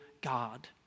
God